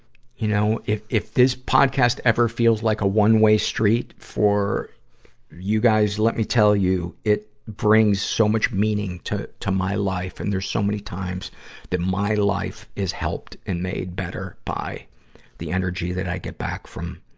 you know, if, if this podcast ever feels like a one-way street for you guys, let me tell you, it brings so much meaning to, to my life. and there's so many times that my life it helped and made better by the energy that i get back from,